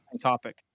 Topic